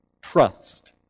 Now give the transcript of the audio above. trust